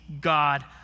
God